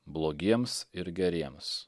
blogiems ir geriems